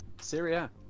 Syria